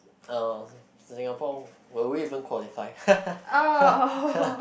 uh singapore will we even qualify